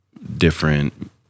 different